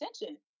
attention